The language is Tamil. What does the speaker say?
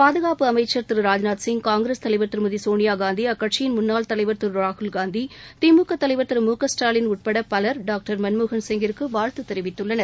பாதுகாப்பு அமைச்சர் திரு ராஜ்நாத் சிங் னங்கிரஸ் தலைவர் திருமதி சோனியாகாந்தி அக்கட்சியின் முன்னாள் தலைவர் திரு ராகுல்காந்தி திமுக தலைவர் திரு மு க ஸ்டாலின் உட்பட பலர் டாக்டர் மன்மோகன் சிங்கிற்கு வாழ்த்து தெரிவித்துள்ளனர்